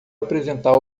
apresentar